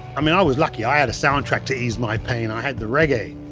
i mean, i was lucky, i had a soundtrack to ease my pain. i had the reggae!